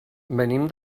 venim